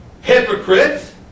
Hypocrites